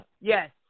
yes